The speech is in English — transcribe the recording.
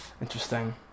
Interesting